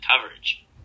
coverage